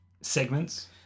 segments